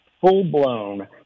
full-blown